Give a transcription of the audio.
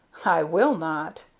i will not.